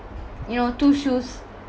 you know two shoes